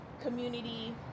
community